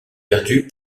perdu